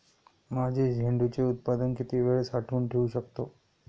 माझे झेंडूचे उत्पादन किती वेळ साठवून ठेवू शकतो?